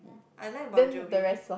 I like bon-jovi